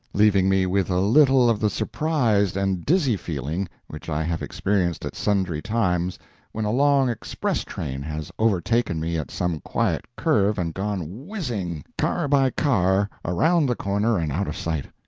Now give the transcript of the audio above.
leaving me with a little of the surprised and dizzy feeling which i have experienced at sundry times when a long express train has overtaken me at some quiet curve and gone whizzing, car by car, around the corner and out of sight.